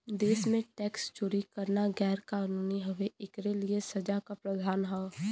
देश में टैक्स चोरी करना गैर कानूनी हउवे, एकरे लिए सजा क प्रावधान हौ